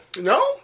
No